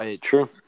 True